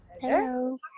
Hello